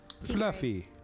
Fluffy